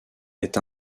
est